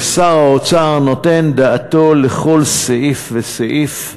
ושר האוצר נותן דעתו על כל סעיף וסעיף,